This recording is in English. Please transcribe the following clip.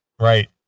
Right